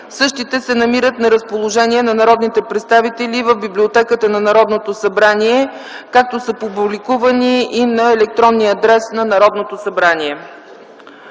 Същите се намират на разположение на народните представители в Библиотеката на Народното събрание. Публикувани са и на електронния адрес на Народното събрание.